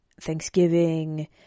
Thanksgiving